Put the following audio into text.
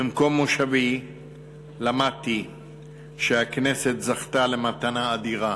ממקום מושבי למדתי שהכנסת זכתה למתנה אדירה,